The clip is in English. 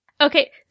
Okay